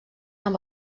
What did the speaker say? amb